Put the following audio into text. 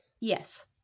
Yes